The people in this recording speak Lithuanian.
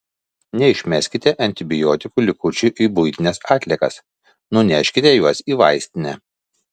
neišmeskite antibiotikų likučių į buitines atliekas nuneškite juos į vaistinę